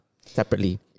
separately